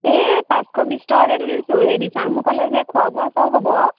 এই পাঁচশ বিছ টকাকৈ তুলিছোঁ সেই দিচাংমুখলৈ যে খোৱা বোৱা চাও হ'ব আৰু